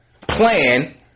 plan